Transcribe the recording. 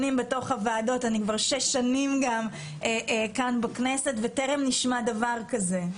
כבר שש שנים אני כאן בכנסת, וטרם נשמע דבר כזה.